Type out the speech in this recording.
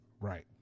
Right